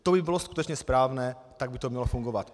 To by bylo skutečně správné, tak by to mělo fungovat.